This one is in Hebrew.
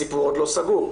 הסיפור עוד לא סגור.